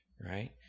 right